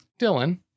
Dylan